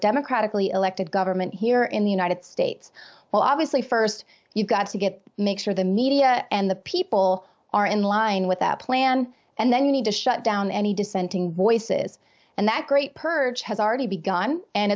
democratically elected government here in the united states well obviously first you've got to get make sure the media and the people are in line with that plan and then you need to shut down any dissenting voices and that great purge has already begun and